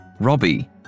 Robbie